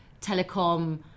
telecom